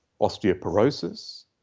osteoporosis